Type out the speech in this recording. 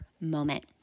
moment